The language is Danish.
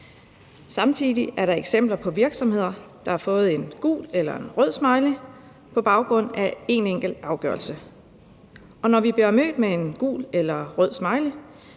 Samtidig er der eksempler på virksomheder, der har fået en gul eller en rød smiley på baggrund af en enkelt afgørelse. Når vi bliver mødt af en gul eller rød smiley,